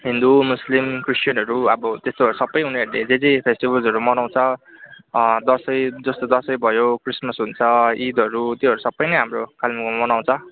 Hindu Muslim क्रिस्चियनहरू अब त्यस्तोहरू सबै उनीहरूले जे जे फेस्टिभलहरू मनाउँछ दसैँ जस्तै दसैँ भयो क्रिसमस हुन्छ इदहरू त्योहरू सबै नै हाम्रो कालेम्पोङमा मनाउँछ